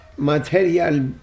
material